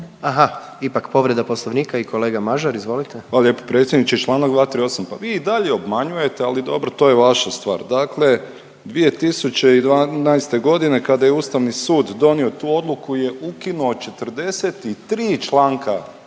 Aha, ipak povreda Poslovnika i kolega Mažar, izvolite. **Mažar, Nikola (HDZ)** Hvala lijepo predsjedniče, čl. 238.. Pa vi i dalje obmanjujete, ali dobro to je vaša stvar. Dakle 2012.g. kada je Ustavni sud donio tu odluku je ukinuo 43 članka